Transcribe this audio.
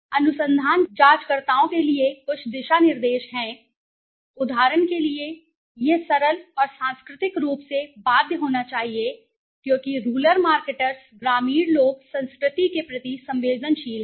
अनुसंधान जांचकर्ताओं के लिए कुछ दिशानिर्देश हैं उदाहरण के लिए यह सरल और सांस्कृतिक रूप से बाध्य होना चाहिए क्योंकि रूरल ग्रामीण लोग संस्कृति के प्रति संवेदनशीलता हैं